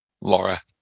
Laura